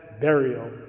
burial